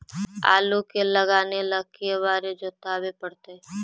आलू के लगाने ल के बारे जोताबे पड़तै?